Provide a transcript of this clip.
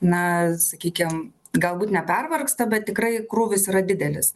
na sakykim galbūt nepervargsta bet tikrai krūvis yra didelis